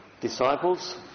disciples